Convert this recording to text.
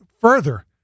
further